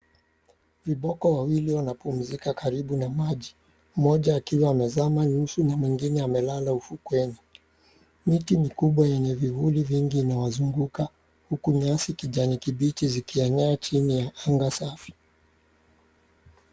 Viboko wawili wanapumzika karibu na maji mmoja akiwa amezama nje na mwengine amelala ufukweni, miti mikubwa yenye vivuli vingi inawazunguka huku nyasi kijani kibichi zikienea chini ya anga safi.